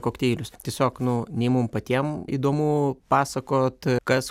kokteilius tiesiog nu nei mum patiem įdomu pasakot kas